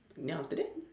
then after that